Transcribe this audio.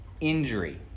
injury